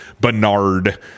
Bernard